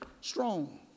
strong